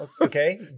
Okay